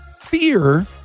fear